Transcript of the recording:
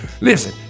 Listen